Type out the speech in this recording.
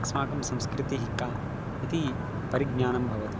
अस्माकं संस्कृतिः का इति परिज्ञानं भवति